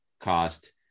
cost